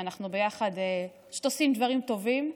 שאנחנו ביחד פשוט עושים דברים טובים,